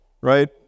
right